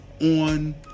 on